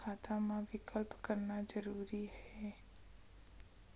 खाता मा विकल्प करना जरूरी है?